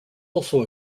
also